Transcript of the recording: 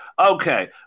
okay